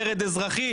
מרד אזרחי.